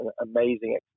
amazing